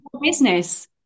Business